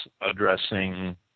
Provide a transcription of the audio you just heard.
addressing